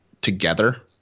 together